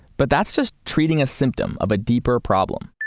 but that's just treating a symptom of a deeper problem.